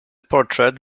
portrait